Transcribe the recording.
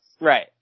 Right